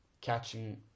catching